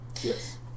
Yes